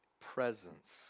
presence